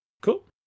cool